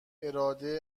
اراده